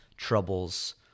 troubles